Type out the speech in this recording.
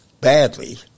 badly